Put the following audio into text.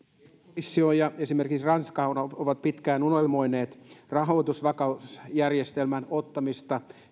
komissio ja esimerkiksi ranska ovat pitkään unelmoineet rahoitusvakausjärjestelmän ottamisesta